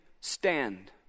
stand